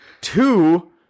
two